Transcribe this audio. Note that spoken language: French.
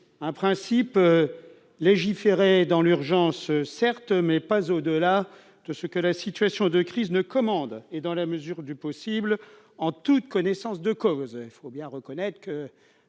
Un principe : légiférer dans l'urgence, certes, mais pas au-delà de ce que commande la situation de crise, et dans la mesure du possible en toute connaissance de cause. Il faut bien reconnaître qu'un